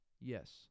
yes